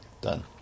Done